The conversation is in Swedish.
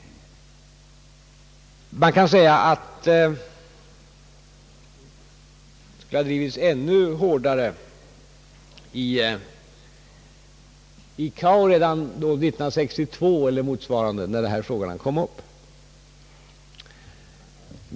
Man kan naturligtvis säga att vi borde ha drivit den ännu hårdare i ICAO redan 1962 när frågan kom upp.